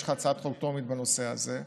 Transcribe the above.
יש לך הצעת חוק טרומית בנושא הזה.